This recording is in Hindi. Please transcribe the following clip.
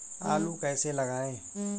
आलू कैसे लगाएँ?